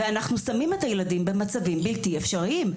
ואנחנו שמים את הילדים במצבים בלתי אפשריים.